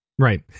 Right